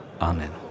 Amen